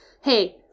hey